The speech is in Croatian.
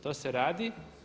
To se radi.